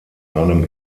einem